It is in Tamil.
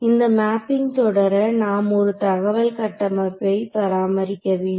இந்த மேப்பிங் தொடர நாம் ஒரு தகவல் கட்டமைப்பை பராமரிக்க வேண்டும்